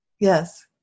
Yes